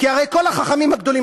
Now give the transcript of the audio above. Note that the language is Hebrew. כי הרי כל החכמים הגדולים,